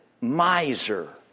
miser